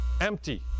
empty